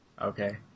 okay